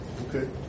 Okay